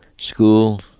school